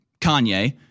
Kanye